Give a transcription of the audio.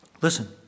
listen